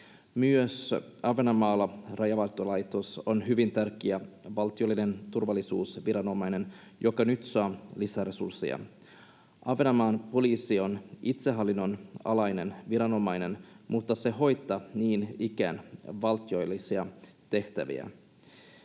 Myös Ahvenanmaalla Rajavartiolaitos on hyvin tärkeä valtiollinen turvallisuusviranomainen, joka nyt saa lisäresursseja. Ahvenanmaan poliisi on itsehallinnon alainen viranomainen, mutta se hoitaa niin ikään valtiollisia tehtäviä.